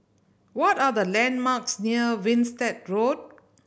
what are the landmarks near Winstedt Road